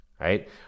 right